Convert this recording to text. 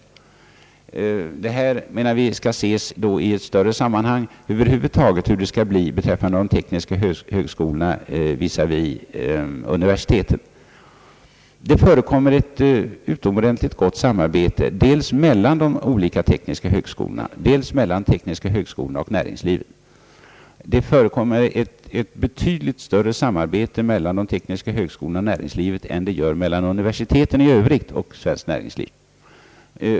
Vi menar att de här frågorna skall ses i ett större sammanhang, dvs. hur relationerna mellan tekniska högskolor och universitet över huvud taget skall gestaltas. Det förekommer ett utomordentligt gott samarbete dels mellan de olika tekniska högskolorna, dels mellan de tekniska högskolorna och näringslivet. Detta samarbete är betydligt mera omfattande mellan de tekniska högskolorna och näringslivet än det är mellan universiteten i övrigt och svenskt näringsliv.